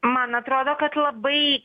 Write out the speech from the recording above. man atrodo kad labai